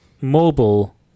mobile